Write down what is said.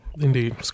Indeed